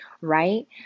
right